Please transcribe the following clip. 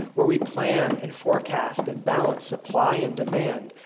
where we plan and forecast and balanced supply and demand,